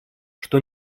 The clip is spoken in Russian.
что